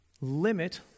limit